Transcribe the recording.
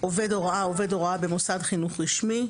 " עובד הוראה"- עובד הוראה במוסד חינוך רשמי.